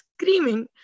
screaming